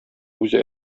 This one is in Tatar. үзе